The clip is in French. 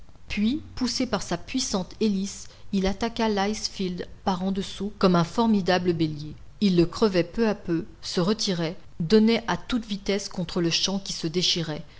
puis poussé par sa puissante hélice il attaqua lice field par en dessous comme un formidable bélier il le crevait peu à peu se retirait donnait à toute vitesse contre le champ qui se déchirait